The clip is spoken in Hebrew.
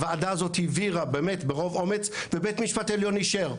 הוועדה הזאת העבירה באמת ברוב אומץ ובית משפט עליון אישר.